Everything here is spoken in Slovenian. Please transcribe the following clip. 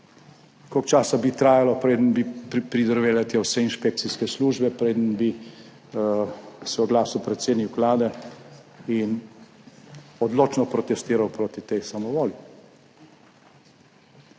Koliko časa bi trajalo, preden bi pridrvele tja vse inšpekcijske službe, preden bi se oglasil predsednik Vlade in odločno protestiral proti tej samovolji?